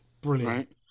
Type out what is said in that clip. brilliant